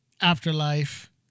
Afterlife